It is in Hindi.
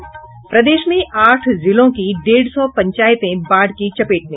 और प्रदेश में आठ जिलों की डेढ़ सौ पंचायतें बाढ़ की चपेट में